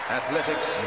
athletics